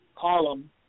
column